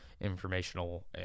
informational